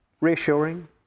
reassuring